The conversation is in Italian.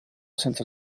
senza